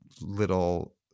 little